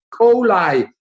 coli